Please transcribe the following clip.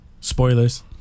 Spoilers